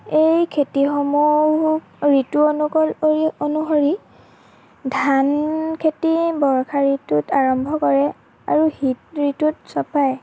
এই খেতিসমূহ ঋতু অনুকু অনুসৰি ধান খেতি বৰ্ষা ঋতুত আৰম্ভ কৰে আৰু শীত ঋতুত চপায়